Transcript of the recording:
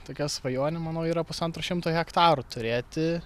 tokia svajonė manau yra pusantro šimto hektarų turėti